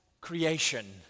creation